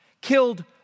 killed